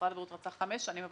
משרד הבריאות רצה חמש שנים,